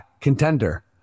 contender